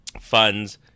funds